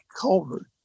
culvert